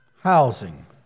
housing